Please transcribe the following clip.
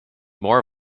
more